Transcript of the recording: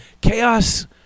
chaos